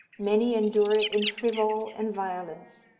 many endure it in frivol and violence,